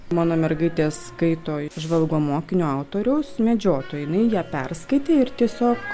mano mergaitė skaito žvalgo mokinio autoriaus medžiotojai jinai ją perskaitė ir tiesiog